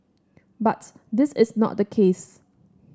but this is not the case